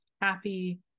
happy